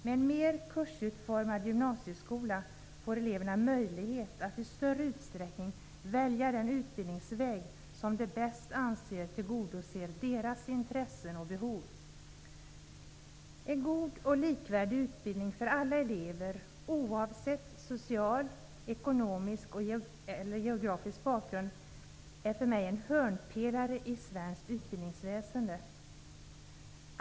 Med en mer kursutformad gymnasieskola får eleverna möjlighet att i större utsträckning välja den utbildningsväg som de bäst anser tillgodoser deras intressen och behov. En god och likvärdig utbildning för alla elever oavsett social, ekonomisk och geografisk bakgrund är för mig en hörnpelare i svenskt utbildningsväsende.